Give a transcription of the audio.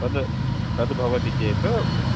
तद् तद्भवति चेत्